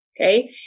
Okay